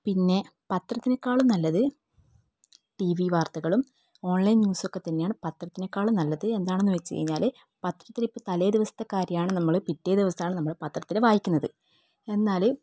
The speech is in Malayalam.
പിന്നെ പത്രത്തിനേക്കാളും നല്ലത് ടി വി വാർത്തകളും ഓൺലൈൻ ന്യൂസ് ഒക്കെ തന്നെയാണ് പത്രത്തിനെക്കാളും നല്ലത് എന്താണെന്ന് വെച്ച് കഴിഞ്ഞാൽ പത്രത്തിൽ ഇപ്പോൾ തലേദിവസത്തെ കാര്യമാണ് നമ്മൾ പിറ്റേ ദിവസമാണ് നമ്മൾ പത്രത്തിൽ വായിക്കുന്നത് എന്നാൽ